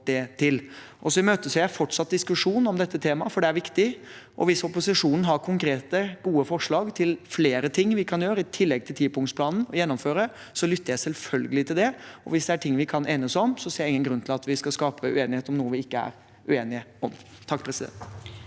imøteser jeg fortsatt diskusjon om dette temaet, for det er viktig. Hvis opposisjonen har konkrete, gode forslag til flere ting vi kan gjøre og gjennomføre, i tillegg til tipunktsplanen, lytter jeg selvfølgelig til det, og hvis det er ting vi kan enes om, ser jeg ingen grunn til at vi skal skape uenighet om noe vi ikke er uenige om. Lene